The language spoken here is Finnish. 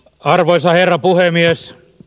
arvoisa herra puhemies